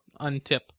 untip